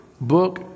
book